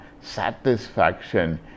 satisfaction